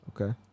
Okay